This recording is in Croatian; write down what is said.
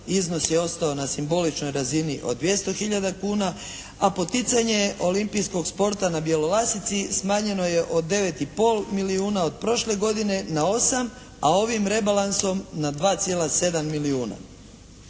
iznos je ostao na simboličnoj razini od 200 hiljada kuna, a poticanje olimpijskog sporta na Bjelolasici smanjeno je od 9 i pol milijuna od prošle godine na 8, a ovim rebalansom na 2,7 milijuna.